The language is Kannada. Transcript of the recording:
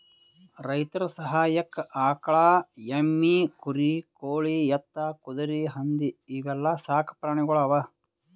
ರೈತರ್ ಸಹಾಯಕ್ಕ್ ಆಕಳ್, ಎಮ್ಮಿ, ಕುರಿ, ಕೋಳಿ, ಎತ್ತ್, ಕುದರಿ, ಹಂದಿ ಇವೆಲ್ಲಾ ಸಾಕ್ ಪ್ರಾಣಿಗೊಳ್ ಅವಾ